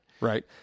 Right